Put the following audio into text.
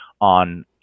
on